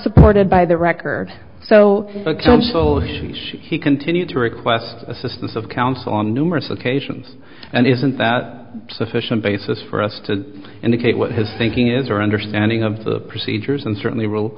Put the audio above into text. supported by the record so ok so so he continued to request assistance of counsel on numerous occasions and isn't that a sufficient basis for us to indicate what his thinking is or understanding of the procedures and certainly